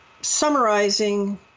summarizing